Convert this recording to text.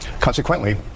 consequently